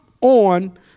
on